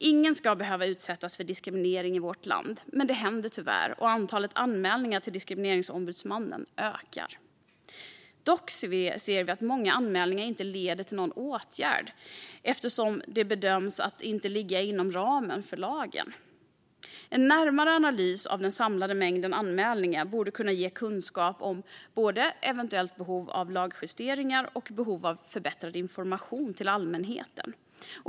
Ingen ska behöva utsättas för diskriminering i vårt land. Men det händer tyvärr, och antalet anmälningar till Diskrimineringsombudsmannen ökar. Dock ser vi att många anmälningar inte leder till någon åtgärd eftersom det bedöms inte ligga inom ramen för lagen. En närmare analys av den samlade mängden anmälningar borde kunna ge kunskap om både eventuellt behov av lagjusteringar och behov av förbättrad information till allmänheten.